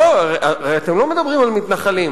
הרי אתם לא מדברים על מתנחלים,